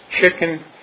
chicken